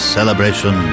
Celebration